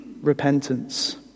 repentance